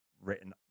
written